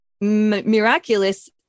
miraculous